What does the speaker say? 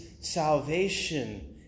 salvation